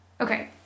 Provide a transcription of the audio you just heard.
Okay